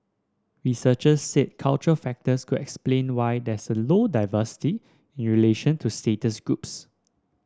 researchers said cultural factors could explain why there is low diversity in relation to status groups